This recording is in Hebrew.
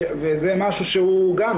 וזה משהו שהוא גם,